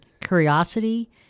curiosity